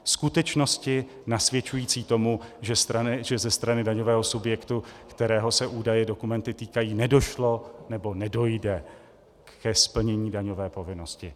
Skutečnosti nasvědčující tomu, že ze strany daňového subjektu, kterého se údaje, dokumenty týkají, nedošlo nebo nedojde ke splnění daňové povinnosti.